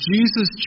Jesus